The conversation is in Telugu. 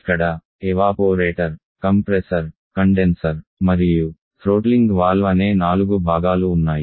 ఇక్కడ ఎవాపోరేటర్ కంప్రెసర్ కండెన్సర్ మరియు థ్రోట్లింగ్ వాల్వ్ అనే నాలుగు భాగాలు ఉన్నాయి